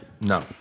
No